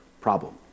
problem